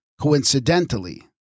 coincidentally